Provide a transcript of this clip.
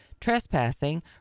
trespassing